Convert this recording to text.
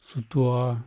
su tuo